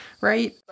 right